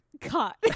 cut